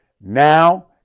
now